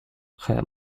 her